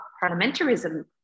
parliamentarism